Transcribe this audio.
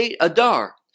Adar